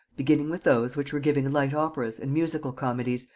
beginning with those which were giving light operas and musical comedies,